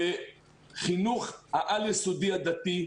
בחינוך העל יסודי הדתי,